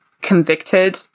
convicted